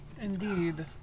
Indeed